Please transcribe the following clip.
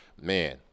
man